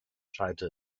schallte